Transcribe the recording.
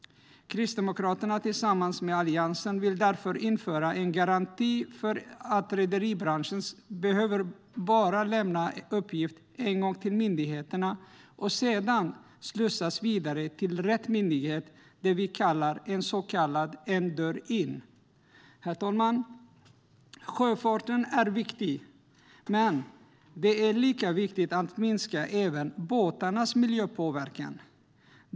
Kristdemokraterna vill därför, tillsammans med Alliansen, införa en garanti för att rederibranschen ska behöva lämna en uppgift bara en gång till myndigheterna, och sedan ska den slussas vidare till rätt myndighet. Det är vad vi kallar för en dörr in. Herr talman! Sjöfarten är viktig, men det är lika viktigt att minska även båtarnas miljöpåverkan.